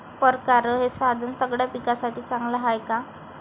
परकारं हे साधन सगळ्या पिकासाठी चांगलं हाये का?